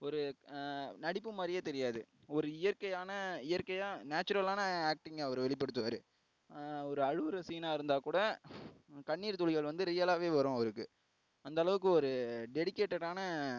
ஒரு நடிப்பு மாதிரியே தெரியாது ஒரு இயற்கையான இயற்கையாக நேச்சுரலான ஆக்டிங்கை அவரு வெளிப்படுத்துவா ஒரு அழுகிற சீனாக இருந்தால் கூட கண்ணீர் துளிகள் வந்து ரியலாகவே வரும் அவருக்கு அந்த அளவுக்கு ஒரு டெடிகேட்டடான